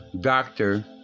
doctor